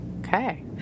Okay